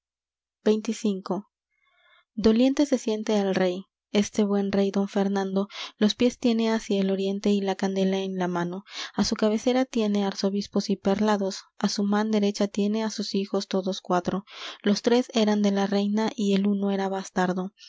xxv doliente se siente el rey este buen rey don fernando los piés tiene hacia el oriente y la candela en la mano á su cabecera tiene arzobispos y perlados á su man derecha tiene á sus hijos todos cuatro los tres eran de la reina y el uno era bastardo